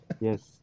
Yes